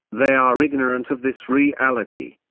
they are ignorant of this reality.